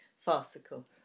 farcical